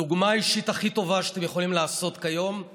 הדוגמה האישית הכי טובה שאתם יכולים לתת כיום היא